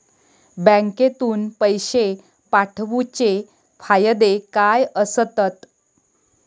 बँकेतून पैशे पाठवूचे फायदे काय असतत?